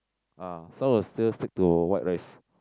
uh so will still stick to white rice